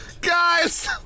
Guys